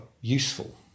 useful